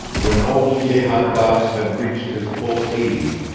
when old jehan daas had reached his full eighty,